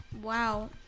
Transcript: Wow